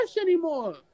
anymore